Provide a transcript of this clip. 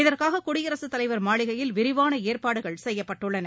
இதற்காக குடியரசுத் தலைவர் மாளிகையில் விரிவான ஏற்பாடுகள் செய்யப்பட்டுள்ளன